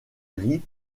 gris